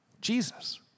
Jesus